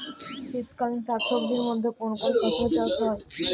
শীতকালীন শাকসবজির মধ্যে কোন কোন ফসলের চাষ ভালো হয়?